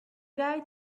guy